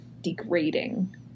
degrading